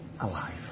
alive